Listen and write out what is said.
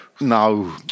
No